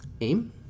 aim